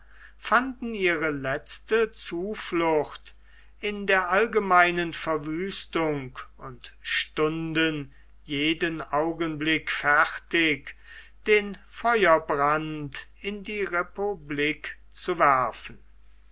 fanden ihre letzte zuflucht in der allgemeinen verwüstung und stunden jeden augenblick fertig den feuerbrand in die republik zu werfen